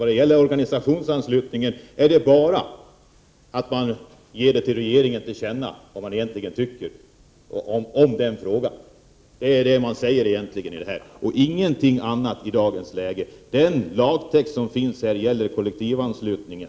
I fråga om organisationsanslutningen gäller det bara att man vill ge regeringen till känna vad man egentligen tycker i den frågan. Det är vad man säger — inget annat. Den lagtext som finns gäller kollektivanslutningen.